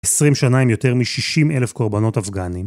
20 שנים יותר מ-60 אלף קורבנות אפגנים.